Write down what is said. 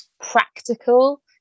practical